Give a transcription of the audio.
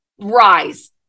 rise